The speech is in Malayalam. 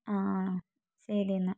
ആ ശരി എന്നാൽ